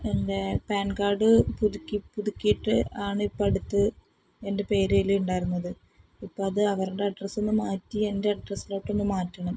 എൻ്റെ PAN card പുതുക്കി പുതുക്കിയിട്ട് ആണ് ഇപ്പം അടുത്ത് എൻ്റെ പേര് അതിൽ ഉണ്ടായിരുന്നത് ഇപ്പം അത് അവരുടെ അഡ്രസ്സോന്ന് മാറ്റി എൻ്റെ അഡ്രസ്സിലോട്ടൊന്ന് മാറ്റണം